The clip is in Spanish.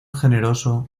generoso